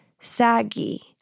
saggy